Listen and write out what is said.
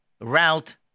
route